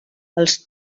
els